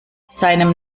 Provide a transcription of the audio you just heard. seinem